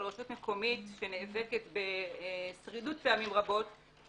על רשות מקומית שנאבקת בשרידות פעמים רבות,